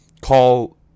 call